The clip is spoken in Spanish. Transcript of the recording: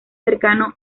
cercano